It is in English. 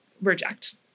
reject